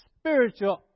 spiritual